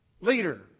leader